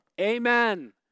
Amen